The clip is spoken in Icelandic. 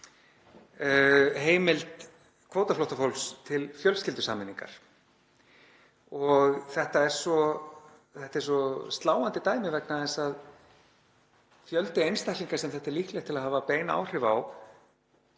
heimild kvótaflóttafólks til fjölskyldusameiningar. Þetta er svo sláandi dæmi vegna þess að fjöldi einstaklinga sem þetta er líklegt til að hafa bein áhrif á